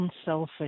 unselfish